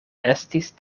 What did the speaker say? estis